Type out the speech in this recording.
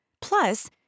Plus